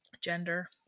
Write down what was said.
Gender